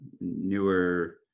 newer